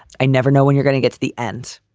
i never know when you're gonna get to the end.